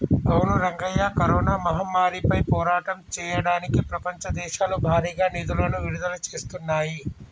అవును రంగయ్య కరోనా మహమ్మారిపై పోరాటం చేయడానికి ప్రపంచ దేశాలు భారీగా నిధులను విడుదల చేస్తున్నాయి